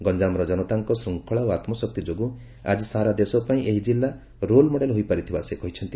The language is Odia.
ଗଞାମର ଜନତାଙ୍କ ଶୃଙ୍କଳା ଓ ଆତ୍ମଶକ୍ତି ଯୋଗୁଁ ଆକି ସାରା ଦେଶ ପାଇଁ ଏହି ଜିଲ୍ଲା ରୋଲ୍ମଡେଲ୍ ହୋଇପାରିଥିବା ସେ କହିଛନ୍ତି